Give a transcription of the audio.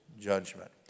judgment